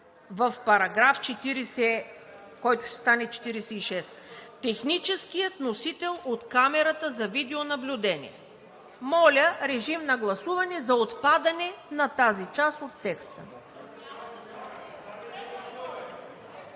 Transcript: става § 46, „техническият носител от камерата за видеонаблюдение“. Моля, режим на гласуване за отпадане на тази част от текста.